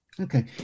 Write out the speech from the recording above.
okay